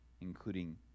Including